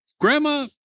grandma